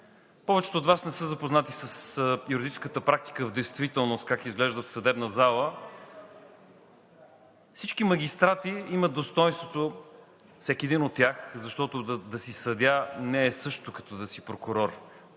Повечето от Вас не са запознати с юридическата практика в действителност как изглежда в съдебна зала. Всички магистрати имат достойнството, всеки един от тях, защото да си съдия не е същото като да си прокурор